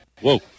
whoa